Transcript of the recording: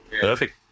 Perfect